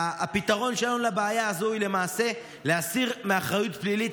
הפתרון שלנו לבעיה הזו הוא למעשה להסיר אחריות פלילית,